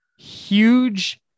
huge